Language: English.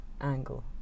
angle